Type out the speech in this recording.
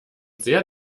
sehr